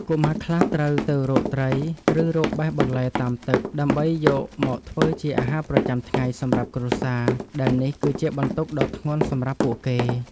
កុមារខ្លះត្រូវទៅរកត្រី ឬរកបេះបន្លែតាមទឹក ដើម្បីយកមកធ្វើជាអាហារប្រចាំថ្ងៃសម្រាប់គ្រួសារ ដែលនេះគឺជាបន្ទុកដ៏ធ្ងន់សម្រាប់ពួកគេ។